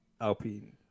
Alpine